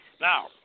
Now